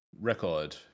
record